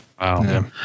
Wow